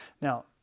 now